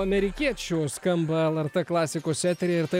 amerikiečių skamba lrt klasikos eteryje ir tai